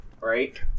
right